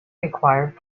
required